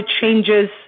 changes